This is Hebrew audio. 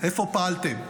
איפה פעלתם?